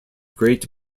great